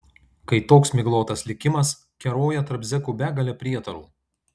kai toks miglotas likimas keroja tarp zekų begalė prietarų